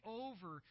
over